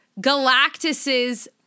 Galactus's